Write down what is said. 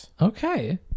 okay